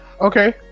Okay